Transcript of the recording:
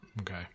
Okay